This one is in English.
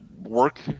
work